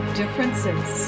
differences